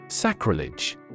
Sacrilege